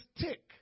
tick